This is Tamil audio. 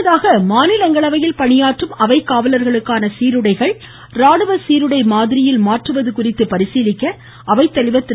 முன்னதாக மாநிலங்களவையில் பணியாற்றும் அவை காவலர்களுக்கான சீருடைகள் ராணுவ சீருடைகள் மாதிரியில் மாற்றுவது குறித்து பரிசீலிக்க அவைத்தலைவர் திரு